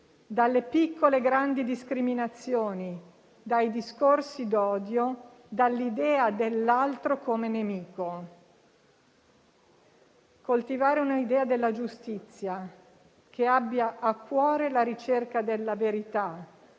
dalle piccole e grandi discriminazioni, dai discorsi d'odio, dall'idea dell'altro come nemico. Coltivare un'idea della giustizia che abbia a cuore la ricerca della verità